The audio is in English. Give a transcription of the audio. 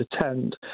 attend